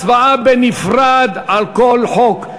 הצבעה בנפרד על כל חוק.